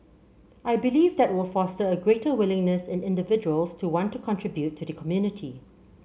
I believe that will foster a greater willingness in individuals to want to contribute to the community